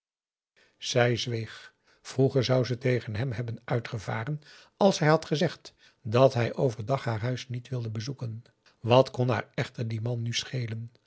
zij zweeg vroeger zou ze tegen hem hebben uitgevaren als hij had gezegd dat hij overdag haar huis niet wilde bezoeken wat kon haar echter die man nu schelen